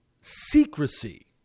secrecy